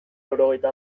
laurogeita